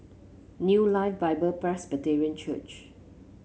New Life Bible Presbyterian Church